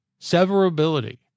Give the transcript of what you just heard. Severability